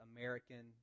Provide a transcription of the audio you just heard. American